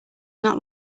not